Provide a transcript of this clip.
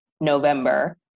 November